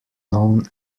known